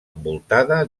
envoltada